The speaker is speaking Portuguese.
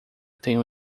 tenho